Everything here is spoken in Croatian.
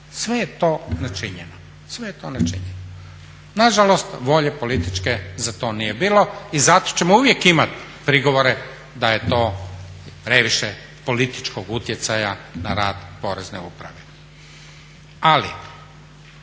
prije toga. Sve je to načinjeno. Na žalost volje političke za to nije bilo i zato ćemo uvijek imati prigovore da je to previše političkog utjecaja na rad Porezne uprave.